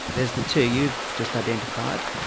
there's the two you've just identified,